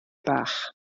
bach